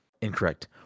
Incorrect